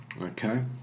Okay